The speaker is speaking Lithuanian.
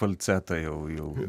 falcetą jau jau